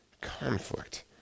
conflict